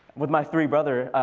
with my three brother,